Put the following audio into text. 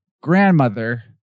grandmother